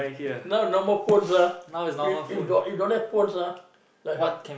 now no more phones ah if if got if don't have phones ah like h~